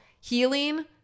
Healing